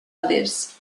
adés